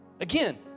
Again